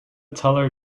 teller